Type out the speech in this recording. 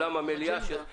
לבין המציאות.